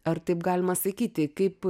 ar taip galima sakyti kaip